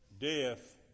Death